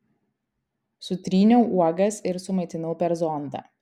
sutryniau uogas ir sumaitinau per zondą